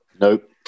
Nope